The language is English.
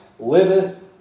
liveth